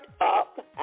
up